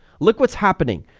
look what's happening,